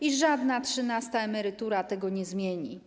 I żadna trzynasta emerytura tego nie zmieni.